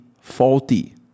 faulty